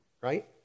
right